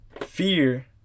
fear